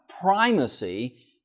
primacy